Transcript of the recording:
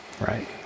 right